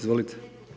Izvolite.